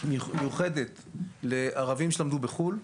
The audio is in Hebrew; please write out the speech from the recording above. מיוחדת לערבים שלמדו בחו"ל.